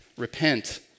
repent